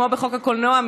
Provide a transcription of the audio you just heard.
כמו בחוק הקולנוע,